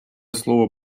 слово